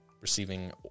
receiving